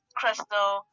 crystal